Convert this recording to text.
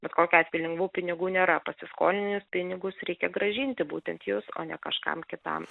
bet kokiu atveju lengvų pinigų nėra pasiskolintus pinigus reikia grąžinti būtent jūs o ne kažkam kitam